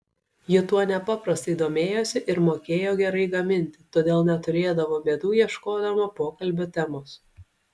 ji tuo nepaprastai domėjosi ir mokėjo gerai gaminti todėl neturėdavo bėdų ieškodama pokalbio temos